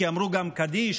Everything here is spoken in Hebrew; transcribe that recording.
כי אמרו גם קדיש,